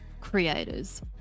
creators